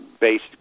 based